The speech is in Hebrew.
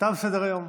תם סדר-היום.